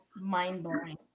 mind-blowing